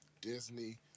Disney